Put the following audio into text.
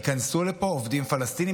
ייכנסו לפה עובדים פלסטינים,